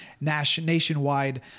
nationwide